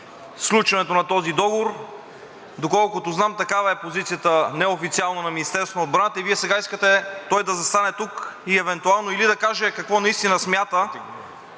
сключването на този договор. Доколкото знам, такава е позицията неофициално на Министерството на отбраната. Вие сега искате той да застане тук и евентуално – или да каже какво наистина смята